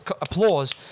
applause